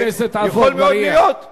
יש עוד משהו במגילת העצמאות,